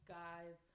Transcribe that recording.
guys